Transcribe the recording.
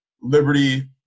Liberty